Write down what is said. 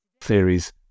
theories